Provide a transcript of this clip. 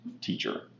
teacher